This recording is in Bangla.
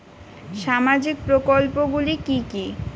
সামাজিক প্রকল্পগুলি কি কি?